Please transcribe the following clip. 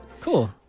Cool